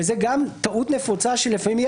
וזאת טעות נפוצה שיש לפעמים,